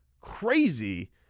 crazy